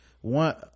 one